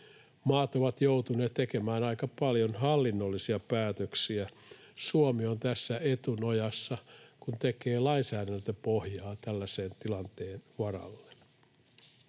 Maat ovat joutuneet tekemään aika paljon hallinnollisia päätöksiä. Suomi on tässä etunojassa, kun tekee lainsäädäntöpohjaa tällaisen tilanteen varalle.